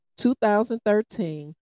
2013